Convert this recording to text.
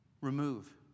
remove